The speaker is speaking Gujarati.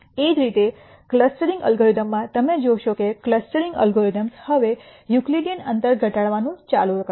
એ જ રીતે ક્લસ્ટરીંગ એલ્ગોરિધમ્સમાં તમે જોશો કે ક્લસ્ટરીંગ એલ્ગોરિધમ્સ હવે યુકિલિડેન અંતર ઘટાડવાનું ચાલુ કરશે